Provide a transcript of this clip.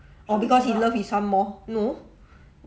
orh because he love his some more no